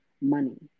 money